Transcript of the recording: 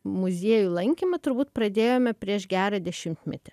muziejų lankymą turbūt pradėjome prieš gerą dešimtmetį